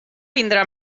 vindrà